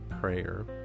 prayer